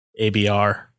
abr